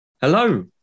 Hello